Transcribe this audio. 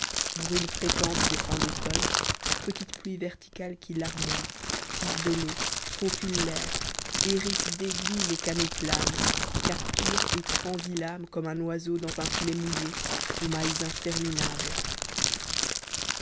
bruine fréquente des fins d'automne petite pluie verticale qui larmoie tisse de l'eau faufile l'air hérisse d'aiguilles les canaux planes capture et transit l'âme comme un oiseau dans un filet mouillé aux mailles